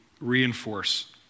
reinforce